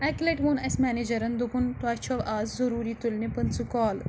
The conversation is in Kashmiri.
اَکہِ لَٹہِ ووٚن اَسہِ میٚنیجرَن دوٚپُن تۄہہِ چھو آز ضروٗری تُلنہِ پٕنٛژٕ کالہٕ